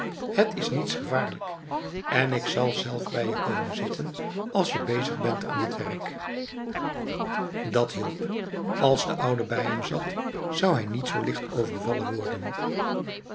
het is niets gevaarlijk en ik zal zelf bij je komen zitten als je bezig bent aan hetwerk dat hielp als de oude bij hem zat zou hij niet zo licht overvallen worden